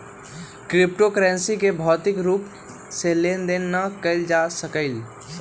crypto currency के भौतिक रूप से लेन देन न कएल जा सकइय